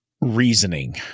reasoning